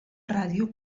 ràdio